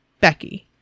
Becky